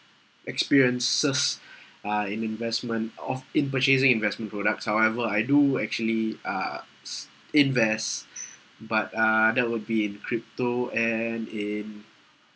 experiences uh in investment of in purchasing investment products however I do actually uh invest but uh that would be in crypto and in